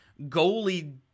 goalie